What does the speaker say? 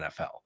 NFL